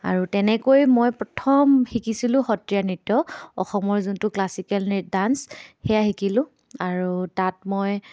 আৰু তেনেকৈ মই প্ৰথম শিকিছিলোঁ সত্ৰীয়া নৃত্য অসমৰ যোনটো ক্লাছিকেল ডাঞ্চ সেয়া শিকিলোঁ আৰু তাত মই